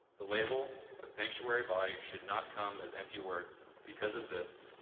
the label of sanctuary body should not come as empty words. because of this,